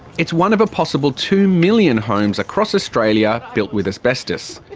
it's one of a possible two million homes across australia built with asbestos,